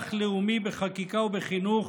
מהלך לאומי בחקיקה ובחינוך